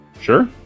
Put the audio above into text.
Sure